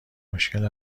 مشکل